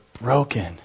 broken